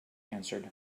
answered